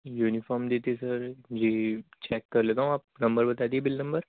uniform دی تھی sir ji check کر لیتا ہوں آپ نمبر بتا دیجیے بل نمبر